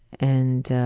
and